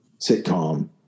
sitcom